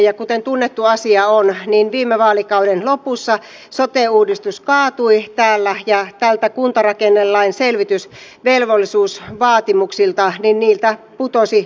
ja kuten tunnettu asia on viime vaalikauden lopussa sote uudistus kaatui täällä ja näiltä kuntarakennelain selvitysvelvollisuusvaatimuksilta putosi pohja pois